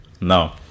No